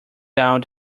out